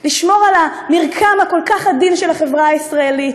לשמור על המרקם הכל-כך עדין של החברה הישראלית,